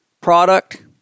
product